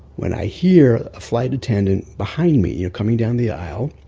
when i hear a flight attendant behind me you know coming down the aisle,